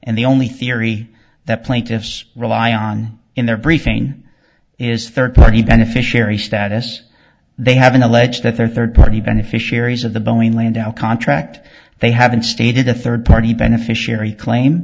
and the only theory that plaintiffs rely on in their briefing is third party beneficiary status they have an alleged that their third party beneficiaries of the boeing landau contract they haven't stated a third party beneficiary claim